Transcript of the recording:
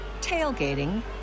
tailgating